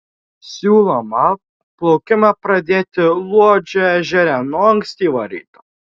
siūloma plaukimą pradėti luodžio ežere nuo ankstyvo ryto